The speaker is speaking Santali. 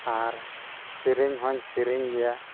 ᱟᱨ ᱦᱚᱸ ᱥᱮᱨᱮᱧ ᱦᱚᱧ ᱥᱮᱨᱮᱧ ᱜᱮᱭᱟ